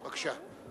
בבקשה.